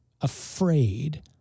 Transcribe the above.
afraid